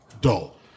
dull